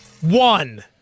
One